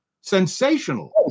Sensational